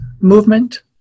movement